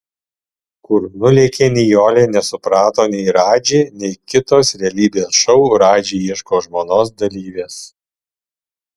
kur nulėkė nijolė nesuprato nei radži nei kitos realybės šou radži ieško žmonos dalyvės